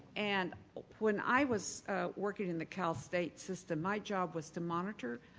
and when i was working in the cal state system, my job was to monitor